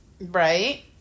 Right